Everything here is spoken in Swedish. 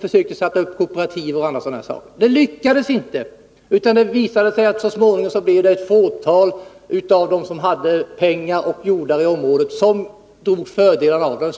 försökte starta kooperativ m.m. Det lyckades inte, utan det visade sig så småningom att det var ett fåtal av dem som hade pengar och jord i området som drog fördelarna av projektet.